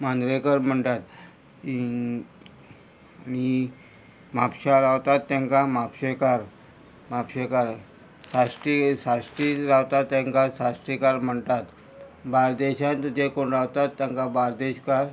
मांद्रेकर म्हणटात आनी म्हापशा रावतात तांकां म्हापशेकार म्हापशेकार साश्टी साश्ट्रीय रावतात तांकां साश्टीकार म्हणटात बार्देशांत जे कोण रावतात तांकां बार्देशकार